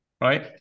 right